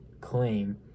claim